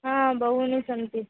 हा बहूनि सन्ति